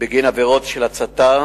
בגין עבירות של הצתה